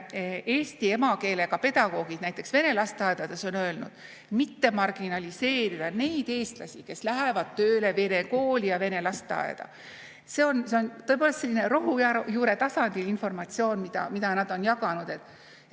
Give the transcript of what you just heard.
eesti emakeelega pedagoogid näiteks vene lasteaedades on öelnud: mitte marginaliseerida neid eestlasi, kes lähevad tööle vene kooli ja vene lasteaeda. See on tõepoolest selline rohujuure tasandil informatsioon, mida nad on jaganud,